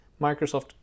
Microsoft